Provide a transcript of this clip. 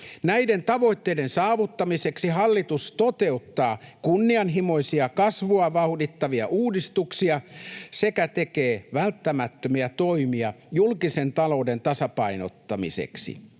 Näiden tavoitteiden saavuttamiseksi hallitus toteuttaa kunnianhimoisia kasvua vauhdittavia uudistuksia sekä tekee välttämättömiä toimia julkisen talouden tasapainottamiseksi,